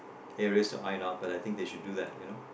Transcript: areas to eye out but I think they should do that you know